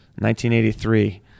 1983